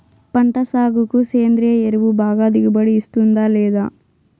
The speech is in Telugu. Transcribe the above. పంట సాగుకు సేంద్రియ ఎరువు బాగా దిగుబడి ఇస్తుందా లేదా